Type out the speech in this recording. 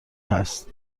هست